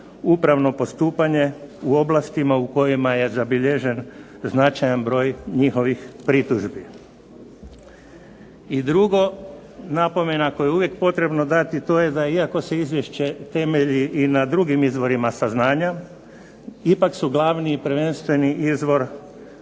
upravno postupanje u oblastima u kojima je zabilježen značajan broj njihovih pritužbi. I drugo, napomena koju je uvijek potrebno dati to je da iako se izvješće temelji i na drugim izvorima saznanja ipak su glavni i prvenstveni izvor